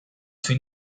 suo